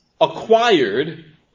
acquired